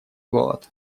голод